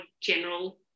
general